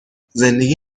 زندگی